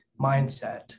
mindset